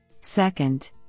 Second